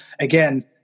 Again